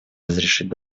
разрешить